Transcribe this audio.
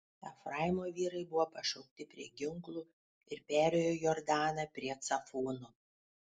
efraimo vyrai buvo pašaukti prie ginklų ir perėjo jordaną prie cafono